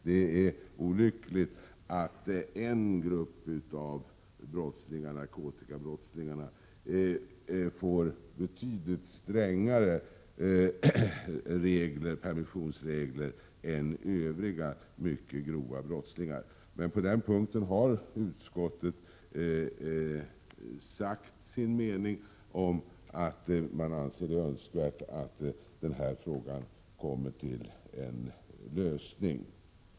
Det är olyckligt att en grupp av brottslingar — narkotikabrottslingarna — får betydligt strängare permissionsregler än övriga mycket grova brottslingar. På den punkten har utskottet som sin mening uttalat att det är önskvärt att frågan kommer till en lösning.